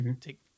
take